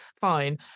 fine